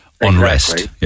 unrest